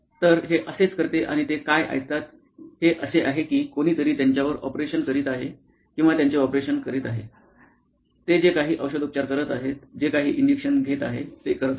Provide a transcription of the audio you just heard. तर हे असेच करते आणि ते काय ऐकतात हे असे आहे की कोणीतरी त्यांच्यावर ऑपरेशन करीत आहे किंवा त्यांचे ऑपरेशन करीत आहे ते जे काही औषधोपचार करत आहेत जे काही इंजेक्शन घेत आहे ते करत आहेत